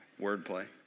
wordplay